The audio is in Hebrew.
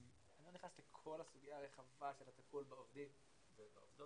את נכנסת לכל הסוגיה הרחבה של הטיפול בעובדים ובעובדות,